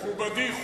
מכובדי,